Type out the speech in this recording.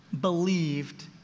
believed